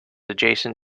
adjacent